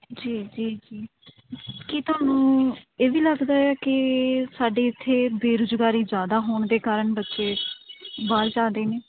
ਜੀ ਜੀ ਜੀ ਕੀ ਤੁਹਾਨੂੰ ਇਹ ਵੀ ਲੱਗਦਾ ਆ ਕਿ ਸਾਡੇ ਇੱਥੇ ਬੇਰੁਜ਼ਗਾਰੀ ਜ਼ਿਆਦਾ ਹੋਣ ਦੇ ਕਾਰਨ ਬੱਚੇ ਬਾਹਰ ਜਾਂਦੇ ਨੇ